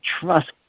trust